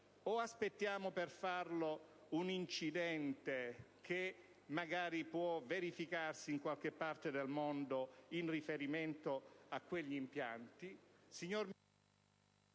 aspettiamo un incidente che magari può verificarsi in qualche parte del mondo in riferimento a quegli impianti?